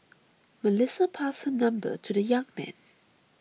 Melissa passed her number to the young man